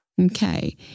Okay